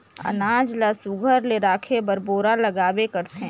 अनाज ल सुग्घर ले राखे बर बोरा लागबे करथे